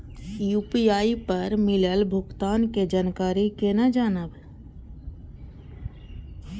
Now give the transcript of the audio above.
UPI पर मिलल भुगतान के जानकारी केना जानब?